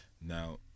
Now